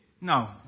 No